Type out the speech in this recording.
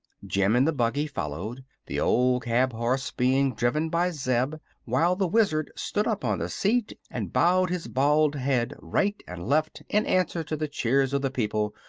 jim and the buggy followed, the old cab-horse being driven by zeb while the wizard stood up on the seat and bowed his bald head right and left in answer to the cheers of the people,